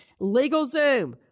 LegalZoom